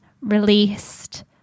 released